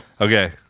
Okay